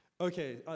Okay